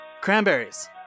Cranberries